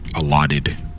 allotted